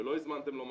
כשלא הזמנתם לו מקום.